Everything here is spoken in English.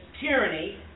tyranny